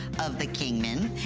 of the kingman,